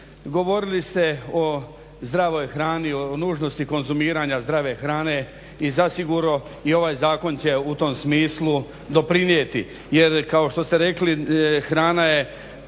govorili ste o zdravoj hrani, o nužnosti konzumiranja zdrave hrane i zasigurno i ovaj zakon će u tom smislu doprinijeti. Jer kao što ste rekli hrana je